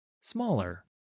smaller